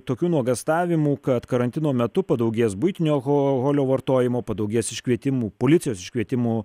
tokių nuogąstavimų kad karantino metu padaugės buitinio alhoholio vartojimo padaugės iškvietimų policijos iškvietimų